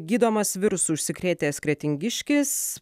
gydomas virusu užsikrėtęs kretingiškis